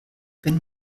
wenn